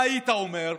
מה היית אומר?